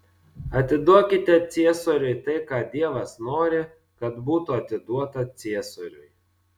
atiduokite ciesoriui tai ką dievas nori kad būtų atiduota ciesoriui